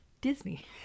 disney